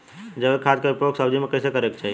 जैविक खाद क उपयोग सब्जी में कैसे करे के चाही?